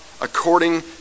according